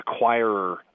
acquirer